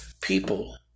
people